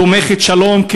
תומכת שלום.